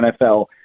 NFL